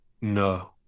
no